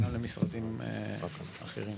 הכוונה למשרדים אחרים.